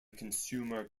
consumer